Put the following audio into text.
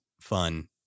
fun